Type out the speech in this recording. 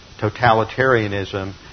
totalitarianism